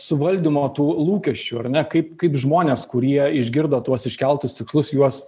suvaldymo tų lūkesčių ar ne kaip kaip žmonės kurie išgirdo tuos iškeltus tikslus juos